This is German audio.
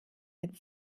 mit